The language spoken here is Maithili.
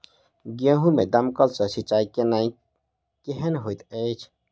गेंहूँ मे दमकल सँ सिंचाई केनाइ केहन होइत अछि?